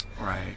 right